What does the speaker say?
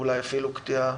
ואולי אפילו קטיעה